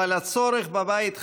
אבל הצורך בבית חם,